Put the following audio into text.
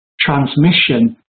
transmission